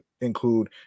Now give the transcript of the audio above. include